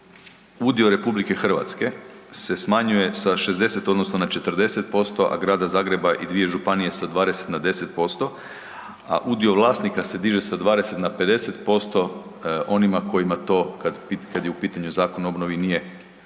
udio RH se smanjuje sa 60 odnosno na 40%, a Grada Zagreba i dvije županije sa 20 na 10%, a udio vlasnika se diže sa 20 na 50% onima kojima to kada je u pitanju zakon o obnovi nije prva